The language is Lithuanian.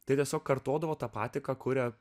tai tiesiog kartodavo tą patį ką kuria